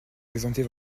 présenter